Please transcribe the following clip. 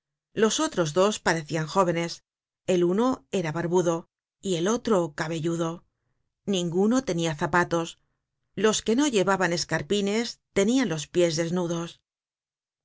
los otros dos parecian jóvenes el uno era barbudo y el otro cabelludo ninguno tenia zapatos los que no llevaban escarpines tenian los pies desnudos